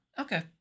Okay